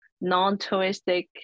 non-touristic